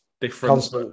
different